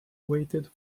waited